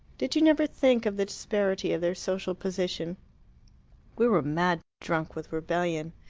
did you never think of the disparity of their social position? we were mad drunk with rebellion.